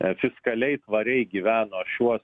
fiskaliai tvariai gyveno šiuos